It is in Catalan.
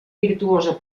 virtuosa